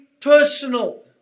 personal